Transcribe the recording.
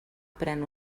pren